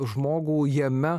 žmogų jame